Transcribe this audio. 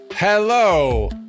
Hello